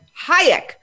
Hayek